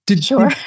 Sure